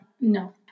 no